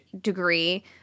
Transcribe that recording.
degree